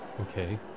Okay